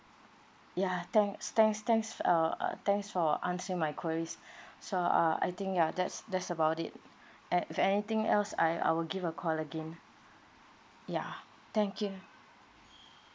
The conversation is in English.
ya thanks thanks thanks uh uh thanks for answering my queries so uh I think ya that's that's about it and if anything else I I will give a call again ya thank you